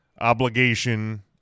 obligation